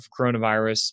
coronavirus